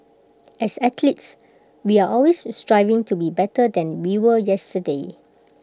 as athletes we are always striving to be better than we were yesterday